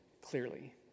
clearly